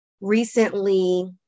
recently